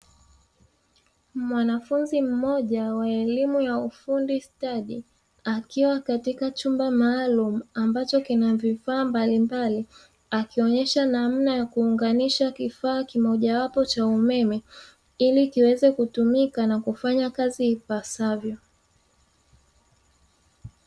Mwanafunzi mmoja wa elimu ya ufundi stadi akiwa katika chumba maalumu ambacho chenye vifaa mbalimbali akionyesha namna ya kuunganisha kifaa kimojawapo cha umeme ili kiweze kutumika na kufanya kazi ipasavyo.